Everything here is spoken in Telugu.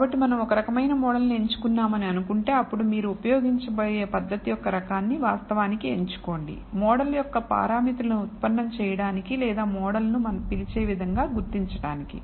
కాబట్టిమనం ఒక రకమైన మోడల్ను ఎంచుకున్నామని అనుకుంటే అప్పుడు మీరు ఉపయోగించబోయే పద్ధతి యొక్క రకాన్ని వాస్తవానికి ఎంచుకోండి మోడల్ యొక్క పారామితులను ఉత్పన్నం చేయడానికి లేదా మోడల్ను మనం పిలిచే విధంగా గుర్తించడానికి